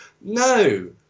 no